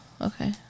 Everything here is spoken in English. okay